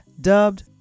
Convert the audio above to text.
dubbed